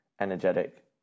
energetic